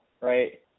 right